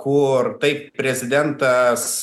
kur taip prezidentas